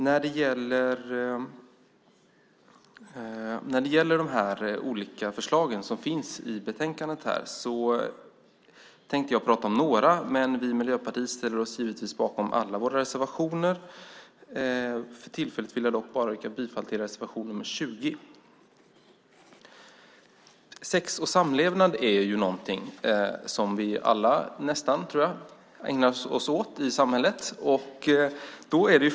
När det gäller de här olika förslagen som finns i betänkandet tänkte jag prata om några, men vi i Miljöpartiet ställer oss givetvis bakom alla våra reservationer. För tillfället vill jag dock bara yrka bifall till reservation nr 20. Sex och samlevnad är någonting som vi nästan alla, tror jag, ägnar oss åt i samhället.